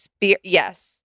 yes